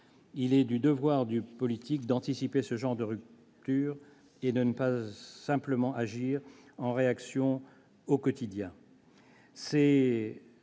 Il est du devoir du politique d'anticiper ce genre de rupture et de ne pas seulement agir en réaction au quotidien. C'est